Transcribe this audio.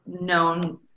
known